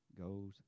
goes